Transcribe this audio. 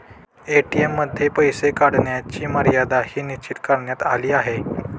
ATM मध्ये पैसे काढण्याची मर्यादाही निश्चित करण्यात आली आहे